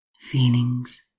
feelings